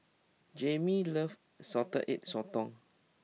Jaimee loves Salted Egg Sotong